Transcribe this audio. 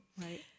right